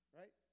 right